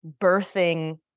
birthing